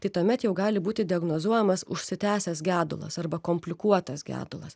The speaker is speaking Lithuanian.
tai tuomet jau gali būti diagnozuojamas užsitęsęs gedulas arba komplikuotas gedulas